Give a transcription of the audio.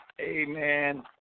Amen